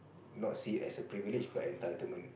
not see as a privilege but entitlement